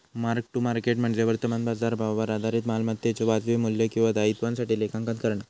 mark to market म्हणजे वर्तमान बाजारभावावर आधारित मालमत्तेच्यो वाजवी मू्ल्य किंवा दायित्वासाठी लेखांकन करणा